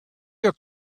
your